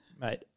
mate